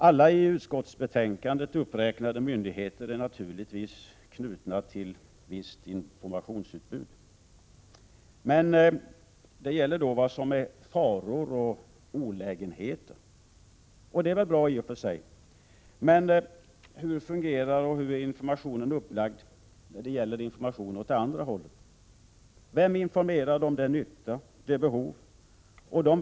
Alla i utskottsbetänkandet uppräknade myndigheter är naturligtvis knutna till visst informationsutbud, men det gäller då faror och olägenheter. Det är bra i och för sig, men hur fungerar informationen, och hur är den upplagd när det gäller upplysningar åt andra hållet? Vem informerar om den nytta man gör och de behov som tillgodoses?